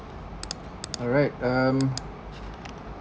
alright um